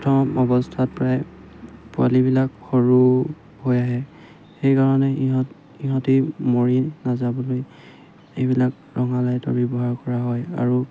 প্ৰথম অৱস্থাত প্ৰায় পোৱালিবিলাক সৰু হৈ আহে সেইকাৰণে ইহঁত ইহঁতি মৰি নাযাবলৈ এইবিলাক ৰঙা লাইটৰ ব্যৱহাৰ কৰা হয় আৰু